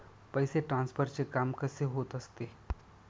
पैसे ट्रान्सफरचे काम कसे होत असते?